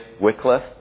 Wycliffe